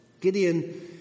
Gideon